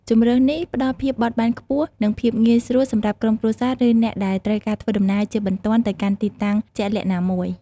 ជម្រើសនេះផ្តល់ភាពបត់បែនខ្ពស់និងភាពងាយស្រួលសម្រាប់ក្រុមគ្រួសារឬអ្នកដែលត្រូវការធ្វើដំណើរជាបន្ទាន់ទៅកាន់ទីតាំងជាក់លាក់ណាមួយ។